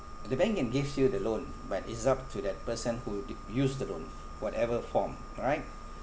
the bank can give you the loan but it's up to that person who d~ use the loan whatever form right